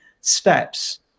steps